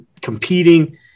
competing